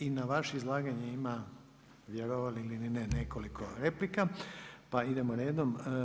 I na vaše izlaganje ima vjerovali ili ne nekoliko replika, pa idemo redom.